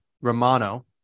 Romano